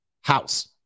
house